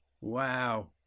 Wow